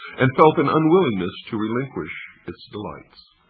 and felt an unwillingness to relinquish its delights.